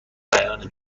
بیان